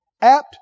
apt